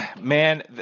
Man